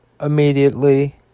immediately